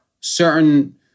certain